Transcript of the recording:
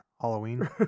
Halloween